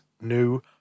new